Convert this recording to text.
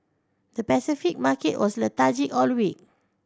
the Pacific market was lethargic all week